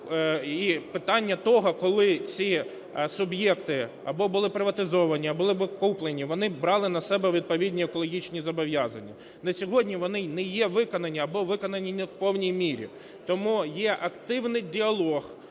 І питання того, коли ці суб'єкти, або були приватизовані, або були куплені, вони брали на себе відповідні екологічні зобов'язання. На сьогодні вони не є виконані або виконані не в повній мірі. Тому є активний діалог